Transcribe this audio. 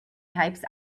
types